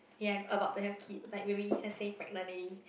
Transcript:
you are about to have kids like maybe let's say pregnant lady